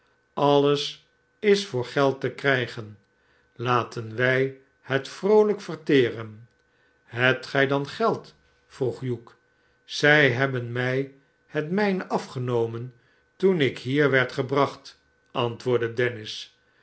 alles is voor geld te krijgen laten wij het vroolijk verteren ahebt gij dangeld vroeg hugh zij hebben mij het mijne afgenomen toen ik hier werd gebracht antwoordde dennis